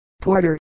Porter